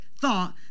thought